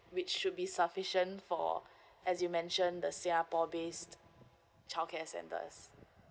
which should be sufficient for as you mentioned the singapore based childcare centers